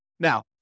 Now